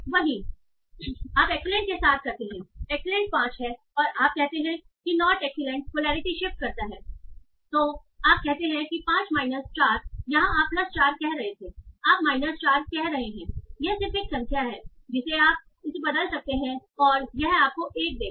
वही आप एक्सीलेंट के साथ करते हैं एक्सीलेंट 5 है और आप कहते हैं नोट एक्सीलेंट पोलरिटी शिफ्ट करता है तो आप कहते हैं कि 5 माइनस 4 यहां आप प्लस चार कर रहे थे आप माइनस चार कर रहे हैं यह सिर्फ एक संख्या है जिसे आप इसे बदल सकते हैं और यह आपको 1 देगा